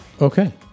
okay